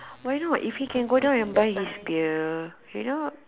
why not if he can go down and buy his beer